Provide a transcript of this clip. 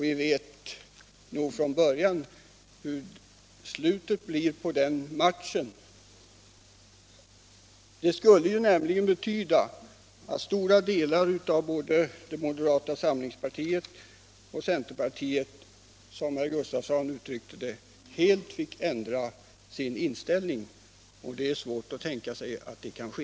Vi vet nog från början hur slutet blir på den matchen. Om folkpartiet skulle få bestämma skulle det nämligen betyda, att stora delar av både moderata samlingspartiet och centerpartiet, som herr Gustafsson i Ronneby uttryckte det, helt fick ändra sin inställning, och det är svårt att tänka sig att det kan ske.